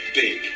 big